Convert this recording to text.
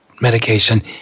medication